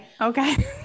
Okay